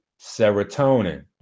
serotonin